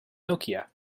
nokia